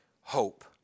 hope